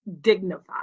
dignified